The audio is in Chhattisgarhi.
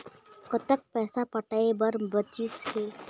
कतक पैसा पटाए बर बचीस हे?